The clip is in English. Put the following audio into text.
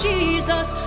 Jesus